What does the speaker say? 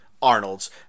Arnold's